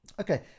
Okay